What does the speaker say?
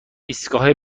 ایستگاه